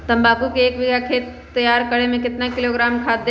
तम्बाकू के एक बीघा खेत तैयार करें मे कितना किलोग्राम खाद दे?